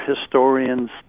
historians